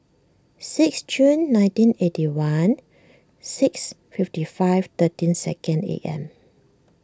six Jun nineteen eighty one six fifty five thirteen second A M